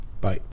Bye